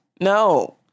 No